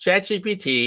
ChatGPT